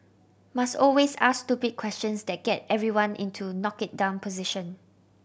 must always ask stupid questions that get everyone into knock it down position